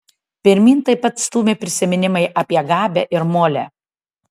pirmyn taip pat stūmė prisiminimai apie gabę ir molę